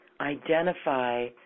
identify